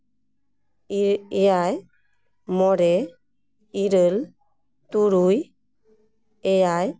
ᱮᱭᱟᱭ ᱢᱚᱬᱮ ᱤᱨᱟᱹᱞ ᱛᱩᱨᱩᱭ ᱮᱭᱟᱭ